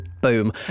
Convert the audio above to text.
boom